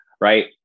right